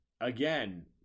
again